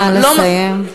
נא לסיים.